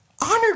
Honor